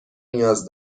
نیاز